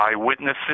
eyewitnesses